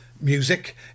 Music